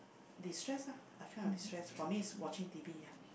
destress ah a kind of destress for me is watching T_V ya